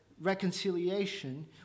reconciliation